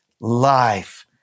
life